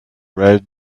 red